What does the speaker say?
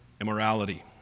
immorality